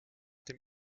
dem